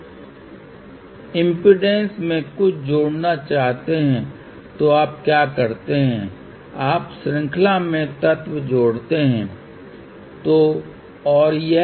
तो आपको सावधान रहना होगा जब आप इन मैचिंग सर्किटों का चयन कर रहे हैं और इस विशेष चीज़ को करके आप वास्तव में लोड इम्पीडेन्स को यहाँ से इस विशेष चीज़ तक ले आए हैं यहाँ से सीधे यहाँ तक नहीं लेकिन आपने यहाँ से ज़िगज़ैग पाथ का उपयोग किया है फिर यहाँ और फिर यहाँ आ रहा है